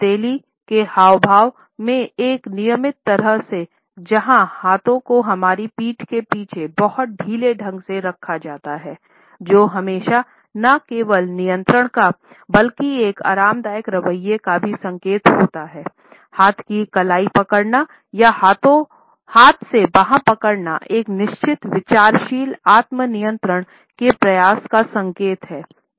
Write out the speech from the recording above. हथेली के हावभाव में एक नियमित तरह से जहां हाथों को हमारी पीठ के पीछे बहुत ढीले ढंग से रखा जाता है जो हमेशा न केवल नियंत्रण का बल्कि एक आरामदायक रवैये का भी संकेत होता है हाथ की कलाई पकड़ना या हाथ से बाँह पकड़ना एक निश्चित विचारशील आत्म नियंत्रण के प्रयास का संकेत है